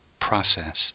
process